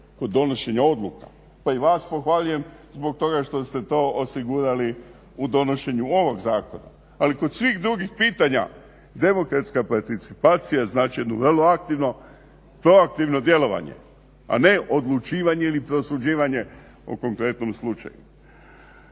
kod donošenja odluka, pa i vas pohvaljujem zbog toga što ste to osigurali u donošenju ovog zakona. Ali kod svih drugih pitanja demokratska participacija znači jedno vrlo aktivno proaktivno djelovanje, a ne odlučivanje ili prosuđivanje o konkretnom slučaju.